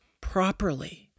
properly